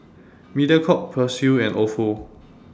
Mediacorp Persil and Ofo